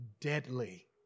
deadly